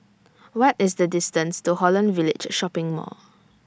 What IS The distance to Holland Village Shopping Mall